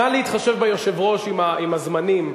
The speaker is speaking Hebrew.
נא להתחשב ביושב-ראש עם הזמנים.